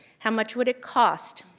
how much would it cost?